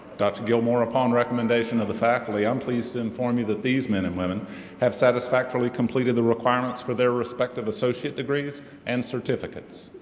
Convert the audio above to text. dr. gilmour, upon recommendation of the faculty, i'm pleased to inform you that these men and women have satisfactorily completed the requirements for their respective associate degrees and certificates.